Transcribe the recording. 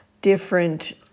different